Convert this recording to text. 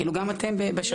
גם אתם בשב"ס?